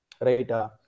right